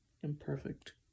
imperfect